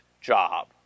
job